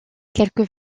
quelques